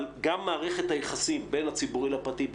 אבל גם מערכת היחסים בין הציבורי לפרטי,